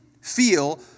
feel